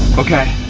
okay,